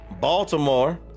Baltimore